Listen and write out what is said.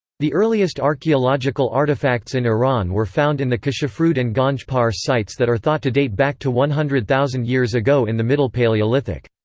the earliest archaeological artifacts in iran were found in the kashafrud and ganj par sites that are thought to date back to one hundred thousand years ago in the middle paleolithic.